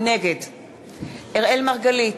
נגד אראל מרגלית,